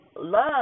love